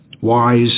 wise